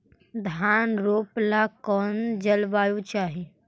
धान रोप ला कौन जलवायु चाही?